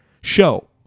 show